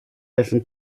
dessen